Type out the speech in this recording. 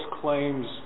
claims